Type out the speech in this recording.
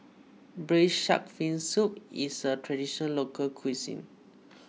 Braised Shark Fin Soup is a Traditional Local Cuisine